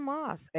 Moss